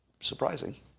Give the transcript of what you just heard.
Surprising